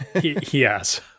Yes